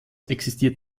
existiert